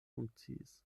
funkciis